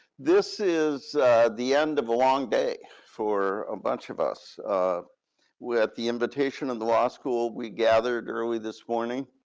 this is the end of a long day for a bunch of us with the invitation and the law school we gathered early this morning,